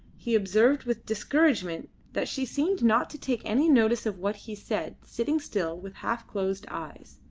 he observed with discouragement that she seemed not to take any notice of what he said sitting still with half-closed eyes.